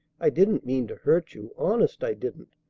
i didn't mean to hurt you honest i didn't.